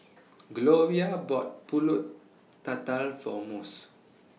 Gloria bought Pulut Tatal For Mose